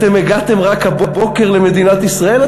אתם הגעתם רק הבוקר למדינת ישראל?